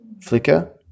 flicker